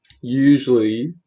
usually